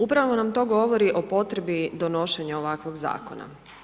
Upravo nam to govori o potrebi donošenja ovakvog zakona.